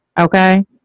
Okay